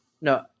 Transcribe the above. no